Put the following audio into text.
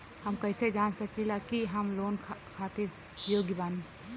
हम कईसे जान सकिला कि हम लोन खातिर योग्य बानी?